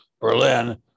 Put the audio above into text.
berlin